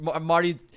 marty